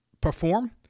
perform